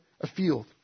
afield